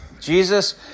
Jesus